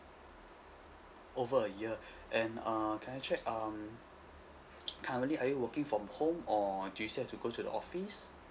over a year and err can I check um currently are you working from home or do you still have to go to the office